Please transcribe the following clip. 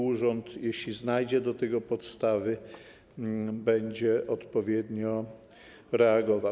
Urząd, jeśli znajdzie do tego podstawy, będzie odpowiednio reagował.